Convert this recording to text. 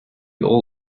all